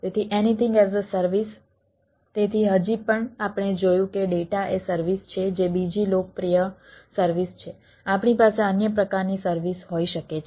તેથી anything as a service તેથી હજી પણ આપણે જોયું કે ડેટા એ સર્વિસ છે જે બીજી લોકપ્રિય સર્વિસ છે આપણી પાસે અન્ય પ્રકારની સર્વિસ હોઈ શકે છે